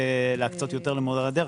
להקצות יותר למורי הדרך,